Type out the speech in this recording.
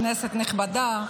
כנסת נכבדה,